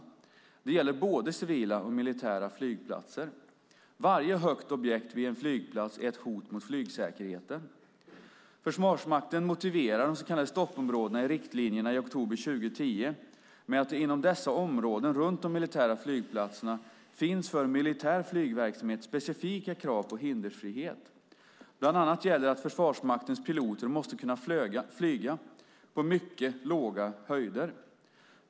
Detta gäller både civila och militära flygplatser. Varje högt objekt vid en flygplats är ett hot mot flygsäkerheten. Försvarsmakten motiverar de så kallade stoppområdena i riktlinjerna i oktober 2010 med att inom dessa områden runt de militära flygplatserna finns för militär flygverksamhet specifika krav på hinderfrihet. Bland annat gäller att Försvarsmaktens piloter måste kunna flyga på mycket låga höjder.